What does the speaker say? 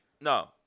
no